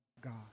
God